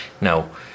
now